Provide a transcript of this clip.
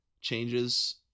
changes